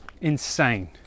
Insane